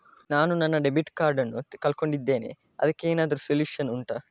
ನಾನು ನನ್ನ debit card ನ್ನು ಕಳ್ಕೊಂಡಿದ್ದೇನೆ ಅದಕ್ಕೇನಾದ್ರೂ ಸೊಲ್ಯೂಷನ್ ಉಂಟಾ